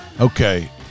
Okay